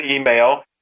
email